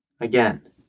again